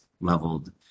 leveled